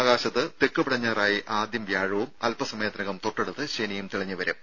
ആകാശത്ത് തെക്ക് പടിഞ്ഞാറായി ആദ്യം വ്യാഴവും അല്പസമയത്തിനകം തൊട്ടടുത്ത് ശനിയും തെളിഞ്ഞുവരും